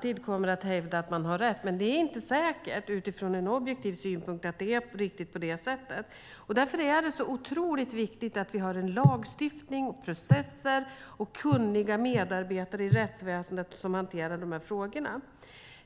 det inte ovanligt att man hävdar att man har rätt. Men det är inte säkert utifrån en objektiv synpunkt att det är riktigt på det sättet. Därför är det så otroligt viktigt att vi har en lagstiftning, processer och kunniga medarbetare i rättsväsendet som hanterar dessa frågor.